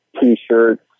t-shirts